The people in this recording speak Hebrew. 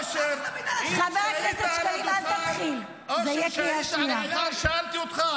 אין דרך אחרת, אין דרך אחרת.